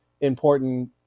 important